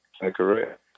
correct